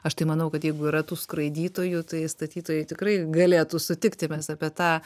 aš tai manau kad jeigu yra tų skraidytojų tai statytojai tikrai galėtų sutikti mes apie tą